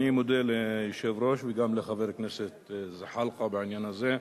אני מודה ליושב-ראש וגם לחבר הכנסת זחאלקה בעניין הזה.